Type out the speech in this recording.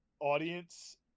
audience